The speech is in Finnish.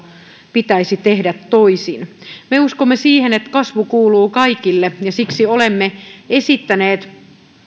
pitäisi tehdä toisin me uskomme siihen että kasvu kuuluu kaikille ja siksi olemme esittäneet